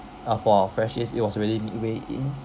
uh for our freshies it was already midway in